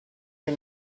wir